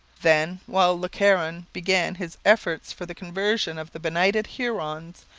then, while le caron began his efforts for the conversion of the benighted hurons,